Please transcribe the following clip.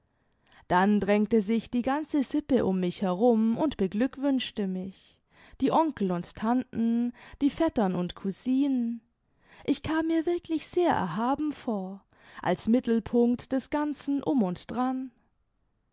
dann drängte sich die ganze sippe um mich herum und beglückwünschte mich die onkel und tanten die vettern und cousinen ich kam mir wirklich sehr erhaben vor als mittelpunkt des ganzen um imd dran